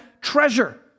treasure